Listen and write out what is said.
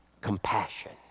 Compassion